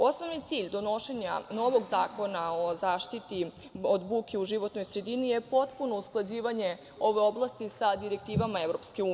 Osnovni cilj donošenja novog zakona o zaštiti od buke u životnoj sredini je potpuno usklađivanje ove oblasti sa direktivama EU.